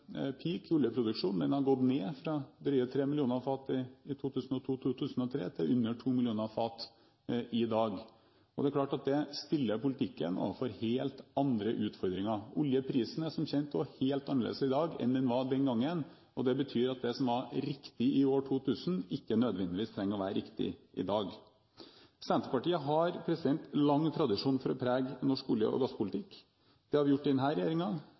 har gått ned fra drøye 3 millioner fat i 2002–2003 til under 2 millioner fat i dag. Det er klart at det stiller politikken overfor helt andre utfordringer. Oljeprisen er som kjent helt annerledes i dag enn den var den gangen. Det betyr at det som var riktig i 2000, ikke nødvendigvis trenger å være riktig i dag. Senterpartiet har lang tradisjon for å prege norsk olje- og gasspolitikk. Det har vi gjort i